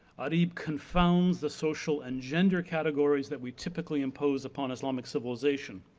arib confounds the social and gender categories that we typically impose upon islamic civilization,